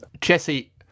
Jesse